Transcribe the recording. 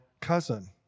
cousin